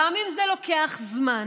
גם אם זה לוקח זמן,